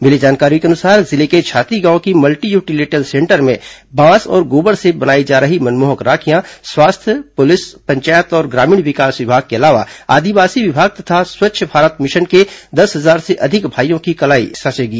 मिली जानकारी के अनुसार जिले के छाती गांव के मल्टी यूटिलिटी सेंटर में बांस और गोबर से बनाई जा रही मनमोहक राखियां स्वास्थ्य पुलिस पंचायत और ग्रामीण विकास विभाग के अलावा आदिवासी विकास विभाग तथा स्वच्छ भारत मिशन के दस हजार से अधिक भाइयों की कलाई इस राखी से सजेंगी